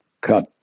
cut